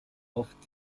oft